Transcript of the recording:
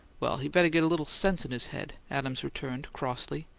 well, he better get a little sense in his head, adams returned, crossly.